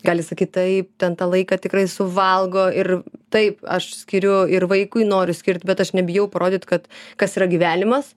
gali sakyt taip ten tą laiką tikrai suvalgo ir taip aš skiriu ir vaikui noriu skirt bet aš nebijau parodyt kad kas yra gyvenimas